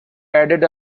added